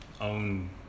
own